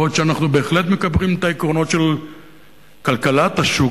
בעוד אנחנו בהחלט מקבלים את העקרונות של כלכלת השוק,